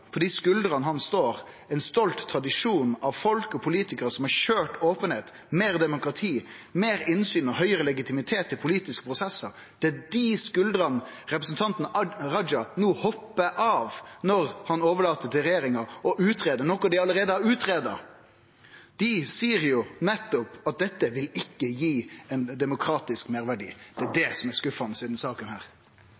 på dei skuldrene han står, ein stolt tradisjon av folk og politikarar som har køyrt openheit, meir demokrati, meir innsyn og høgare legitimitet i politiske prosessar. Det er dei skuldrene representanten Raja no hoppar av når han overlèt til regjeringa å greie ut noko dei allereie har utgreidd. Dei seier jo nettopp at dette ikkje vil gi ein demokratisk meirverdi, det er det